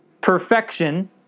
perfection